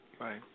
Right